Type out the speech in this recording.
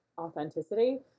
authenticity